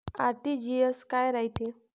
RTGS काय रायते?